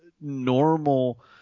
normal